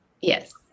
yes